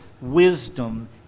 wisdom